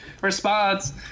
Response